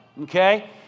okay